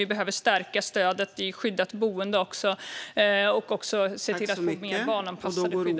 Vi behöver också stärka stödet i skyddat boende och se till att vi får fler barnanpassade skyddade boenden.